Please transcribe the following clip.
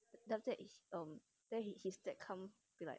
then after that um then his dad he like